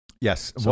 Yes